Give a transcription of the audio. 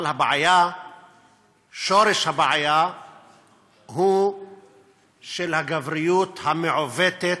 אבל שורש הבעיה הוא של הגבריות המעוותת,